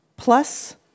Plus